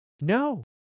No